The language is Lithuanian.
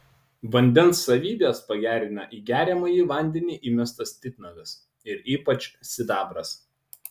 vandens savybes pagerina į geriamąjį vandenį įmestas titnagas ir ypač sidabras